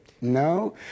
No